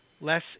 less